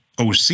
OC